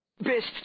Best